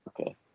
Okay